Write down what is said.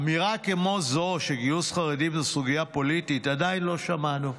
אמירה כמו זו שגיוס חרדים זו סוגיה פוליטית עדיין לא שמענו.